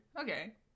Okay